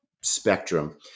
spectrum